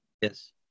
Yes